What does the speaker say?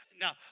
Now